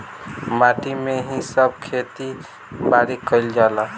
माटी में ही सब खेती बारी कईल जाला